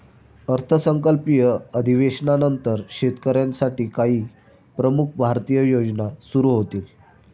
अर्थसंकल्पीय अधिवेशनानंतर शेतकऱ्यांसाठी काही प्रमुख भारतीय योजना सुरू होतील